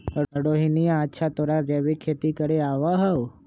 रोहिणीया, अच्छा तोरा जैविक खेती करे आवा हाउ?